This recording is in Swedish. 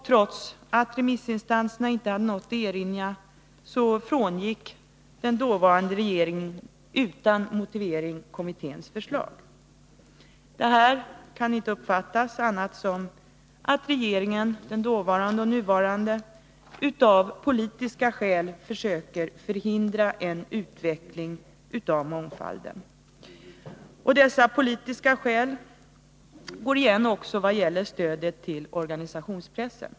Trots att remissinstanserna inte hade något att erinra frångick den dåvarande regeringen utan motivering kommitténs förslag. Detta kan inte uppfattas som annat än att regeringen, den dåvarande och nuvarande, av politiska skäl försöker förhindra en utveckling av mångfalden. Dessa politiska skäl går igen också vad gäller stödet till organisationspressen.